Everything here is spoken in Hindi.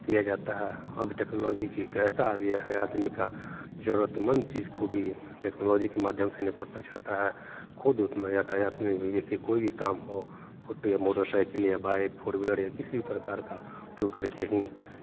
किया जाता है अब टेक्नोलॉजी कैसा आ गया है आदमी का जरूरतमन्द चीज़ को भी टेक्नोलॉजी के माध्यम से निपटना चाहता है खुद उतना यातायात में भी यदि कोई भी काम हो फुट ये मोटरसाइकिल ये बाइक फोर व्हीलर है किसी भी प्रकार का प्रू करके ही